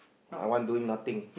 my one doing nothing